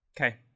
Okay